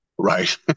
Right